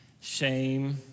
shame